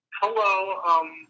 Hello